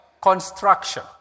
Construction